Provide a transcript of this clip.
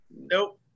Nope